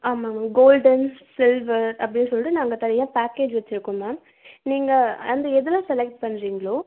ஆமாங்க ma'am golden silver அப்படின்னு சொல்லிட்டு நாங்கள் தனியாக பேக்கேஜ் வச்சிருக்கோம் மேம் நீங்கள் அண்டு எதில் செலக்ட் பண்ணுறிங்களோ